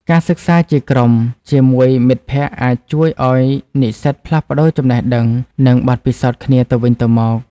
ការសិក្សាជាក្រុមជាមួយមិត្តភ័ក្តិអាចជួយឱ្យនិស្សិតផ្លាស់ប្តូរចំណេះដឹង និងបទពិសោធន៍គ្នាទៅវិញទៅមក។